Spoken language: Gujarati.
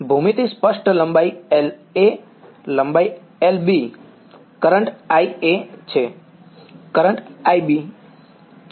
ભૂમિતિ સ્પષ્ટ લંબાઈ LA લંબાઈ LB કરંટ IA છે કરંટ IB બરાબર છે